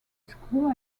school